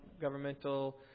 governmental